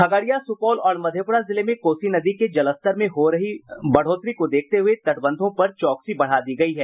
खगड़िया सुपौल और मधेपुरा जिले में कोसी नदी के जलस्तर में हो रही वृद्धि को देखते हुए तटबंधों पर चौकसी बढ़ा दी गयी है